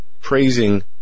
praising